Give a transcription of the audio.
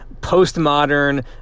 postmodern